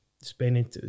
spending